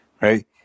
right